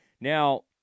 Now